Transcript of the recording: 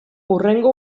hurrengo